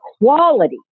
quality